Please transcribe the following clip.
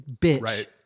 bitch